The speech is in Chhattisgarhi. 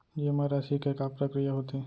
जेमा राशि के का प्रक्रिया होथे?